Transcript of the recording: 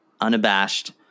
unabashed